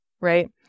right